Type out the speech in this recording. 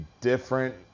different